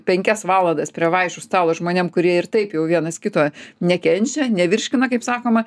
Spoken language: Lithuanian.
penkias valandas prie vaišių stalo žmonėm kurie ir taip jau vienas kito nekenčia nevirškina kaip sakoma